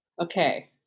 Okay